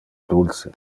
dulce